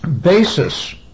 basis